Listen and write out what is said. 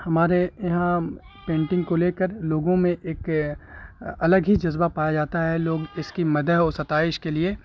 ہمارے یہاں پینٹنگ کو لے کر لوگوں میں ایک الگ ہی جذبہ پایا جاتا ہے لوگ اس کی مداح اور ستائش کے لیے